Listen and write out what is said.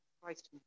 Christ